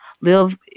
live